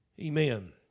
Amen